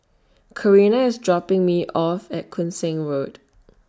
Karina IS dropping Me off At Koon Seng Road